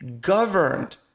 governed